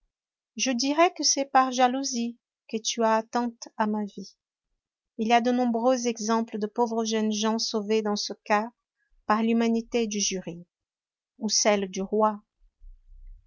je dirai que c'est par jalousie que tu as attente à ma vie il y a de nombreux exemples de pauvres jeunes gens sauvés dans ce cas par l'humanité du jury ou celle du roi